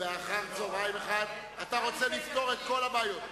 באחר-צהריים אחד לפתור את כל הבעיות.